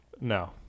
No